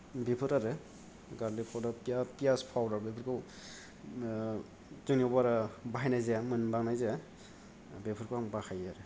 बेफोर आरो गारलिक फावदारब पाउडार फ्यास पाउडार बेफोरखौ जोंनियाव बारा बाहायनाय जाया मोनबांनाय जाया बेफोरखौ आं बाहायोआरो